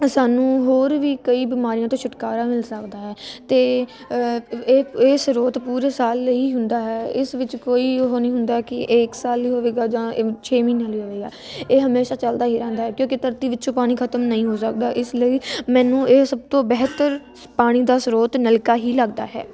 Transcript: ਸਾਨੂੰ ਹੋਰ ਵੀ ਕਈ ਬਿਮਾਰੀਆਂ ਤੋਂ ਛੁਟਕਾਰਾ ਮਿਲ ਸਕਦਾ ਹੈ ਅਤੇ ਇਹ ਇਹ ਸਰੋਤ ਪੂਰੇ ਸਾਲ ਲਈ ਹੁੰਦਾ ਹੈ ਇਸ ਵਿੱਚ ਕੋਈ ਉਹ ਨਹੀਂ ਹੁੰਦਾ ਕਿ ਇਕ ਸਾਲ ਹੀ ਹੋਵੇਗਾ ਜਾਂ ਛੇ ਮਹੀਨੇ ਲਈ ਹੋਵੇਗਾ ਇਹ ਹਮੇਸ਼ਾ ਚਲਦਾ ਹੀ ਰਹਿੰਦਾ ਕਿਉਂਕਿ ਧਰਤੀ ਵਿੱਚੋਂ ਪਾਣੀ ਖਤਮ ਨਹੀਂ ਹੋ ਸਕਦਾ ਇਸ ਲਈ ਮੈਨੂੰ ਇਹ ਸਭ ਤੋਂ ਬਿਹਤਰ ਪਾਣੀ ਦਾ ਸਰੋਤ ਨਲਕਾ ਹੀ ਲੱਗਦਾ ਹੈ